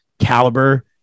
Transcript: caliber